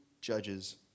judges